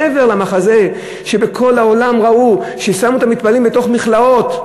מעבר למחזה שבכל העולם ראו ששמו את המתפללים בתוך מכלאות,